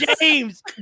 James